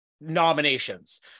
nominations